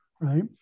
Right